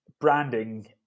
branding